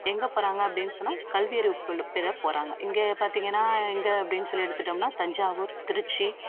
எங்கே போகிறாங்க அப்படின் சொன்னால் கல்வியறிவு பெல பெற போகிறாங்க இங்கே பார்த்தீங்கன்னா எங்கே அப்படின் சொல்லி எடுத்துட்டோம்ன்னா தஞ்சாவூர் திருச்சி